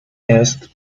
jest